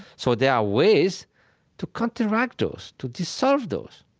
so there are ways to counteract those, to dissolve those.